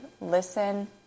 listen